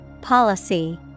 Policy